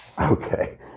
Okay